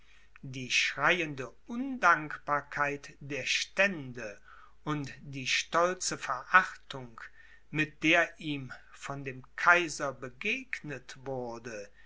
die schreiende undankbarkeit der stände und die stolze verachtung mit der ihm von dem kaiser begegnet wurde